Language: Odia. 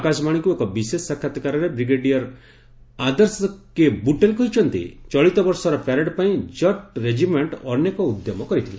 ଆକାଶବାଣୀକୁ ଏକ ବିଶେଷ ସାକ୍ଷାତକାରରେ ବ୍ରିଗେଡିୟମର ଆଦର୍ଶ କେ ବୁଟେଲ କହିଛନ୍ତି ଚଳିତବର୍ଷର ପ୍ୟାରେଡ୍ ପାଇଁ ଜଟ୍ ରେଜିମେଣ୍ଟ ଅନେକ ଉଦ୍ୟମ କରିଥିଲା